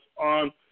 on